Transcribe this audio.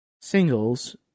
singles